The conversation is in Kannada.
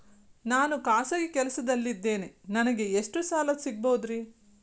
ನಾನು ಖಾಸಗಿ ಕೆಲಸದಲ್ಲಿದ್ದೇನೆ ನನಗೆ ಎಷ್ಟು ಸಾಲ ಸಿಗಬಹುದ್ರಿ?